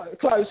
close